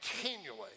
Continually